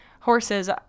horses